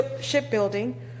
shipbuilding